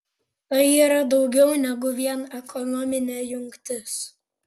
tai yra daugiau negu vien ekonominė jungtis